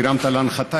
הרמת להנחתה,